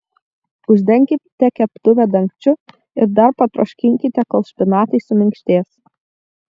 uždenkite keptuvę dangčiu ir dar patroškinkite kol špinatai suminkštės